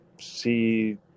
see